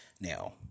Now